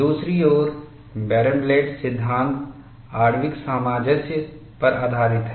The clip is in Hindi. दूसरी ओर बैर्नब्लैट सिद्धांत आणविक सामंजस्य पर आधारित है